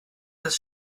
des